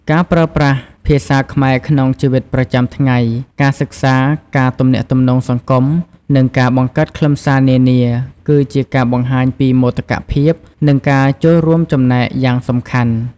ការប្រើប្រាស់ភាសាខ្មែរក្នុងជីវិតប្រចាំថ្ងៃ ការសិក្សា ការទំនាក់ទំនងសង្គម និងការបង្កើតខ្លឹមសារនានា គឺជាការបង្ហាញពី មោទកភាព និងការចូលរួមចំណែកយ៉ាងសំខាន់។